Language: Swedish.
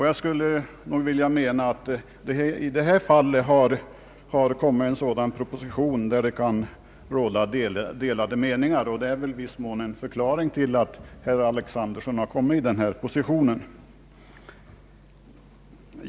Jag skulle nog vilja säga att det i detta fall har kommit en proposition som det kan råda delade meningar om. Det är kanske i viss mån en förklaring till att herr Alexanderson har kommit i denna position.